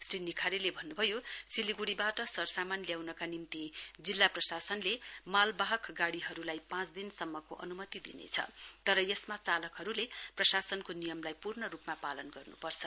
श्री निखारेले भन्नुभयो सिलीगुढीबाट सरसामान ल्याउनका निम्ति जिल्ला प्रशासनले मालवाहक गाडीहरूलाई पाँचदिनसम्मको अनुमति दिनेछ तर यसमा चालकहरूले प्रशासनको नियमलाई पूर्ण रूपमा पालन गर्नुपर्छ